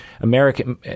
American